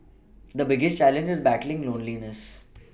the biggest challenge is battling loneliness